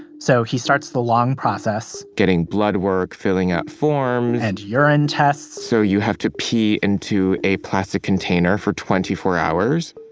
so he starts the long process getting blood work, filling out forms and urine tests so you have to pee into a plastic container for twenty four hours.